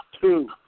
two